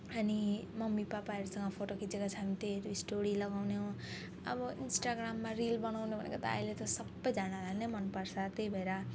अनि मम्मी पापाहरूसँग फोटो खिचेको छ भने त्यहीहरू स्टोरी लगाउनु अब इन्स्टाग्राममा बनाउनु भनेको त अहिले त सबैजनालाई नै मनपर्छ त्यही भएर